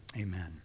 amen